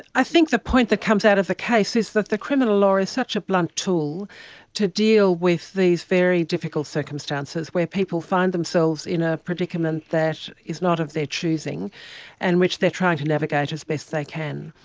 i think the point that comes out of the case is that the criminal law is such a blunt tool to deal with these very difficult circumstances where people find themselves in a predicament that is not of their choosing and which they are trying to navigate as best they can.